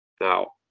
Now